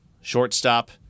shortstop